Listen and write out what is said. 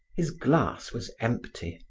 his glass was empty.